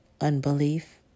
unbelief